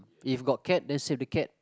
if got cat then save the cat